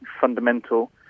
fundamental